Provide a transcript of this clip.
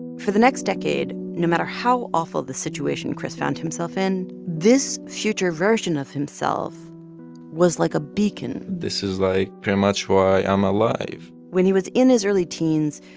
for the next decade, no matter how awful the situation chris found himself in, this future version of himself was like a beacon this is, like, pretty much why i'm alive when he was in his early teens,